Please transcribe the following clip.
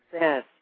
Yes